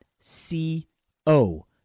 c-o